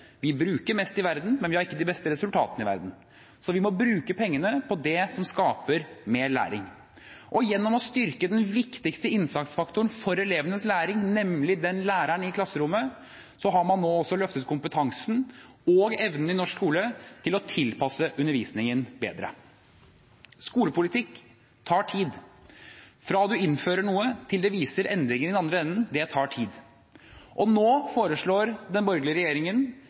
vi bruker mest i verden, men at vi ikke har de beste resultatene i verden. Så vi må bruke pengene på det som skaper mer læring. Og gjennom å styrke den viktigste innsatsfaktoren for elevenes læring, nemlig læreren i klasserommet, har man nå også løftet kompetansen og evnen i norsk skole til å tilpasse undervisningen bedre. Skolepolitikk tar tid. Fra man innfører noe til det viser endringer i den andre enden, tar det tid. Nå foreslår den borgerlige regjeringen